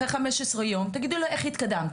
אחרי חמישה עשר יום, תגידו לי איך התקדמתם.